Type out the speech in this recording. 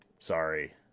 Sorry